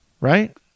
right